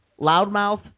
loudmouth